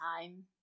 time